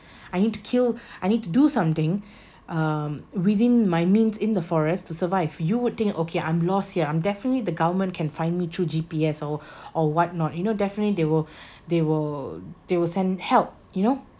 I need to kill I need to do something um within my means in the forest to survive you would think okay I'm lost here I'm definitely the government can find me through G_P_S or or what not you know definitely they will they will they will send help you know